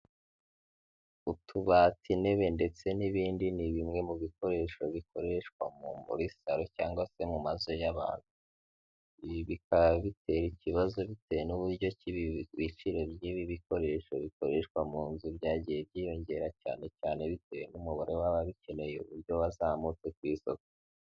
utubati intebe ndetse n'ibindi ni bimwe mu bikoresho bikoreshwa mu muri salo cyangwa se mu mazu y'abantu. Ibi bikaba bitera ikibazo bitewe n'uburyo ki ibiciro by'ibi bikoresho bikoreshwa mu nzu byagiye byiyongera cyane cyane bitewe n'umubare w'ababikeneye uburyo wazamutse ku isoko.